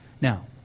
Now